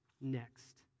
next